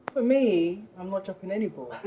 me, i'm not dropping any ball.